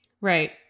Right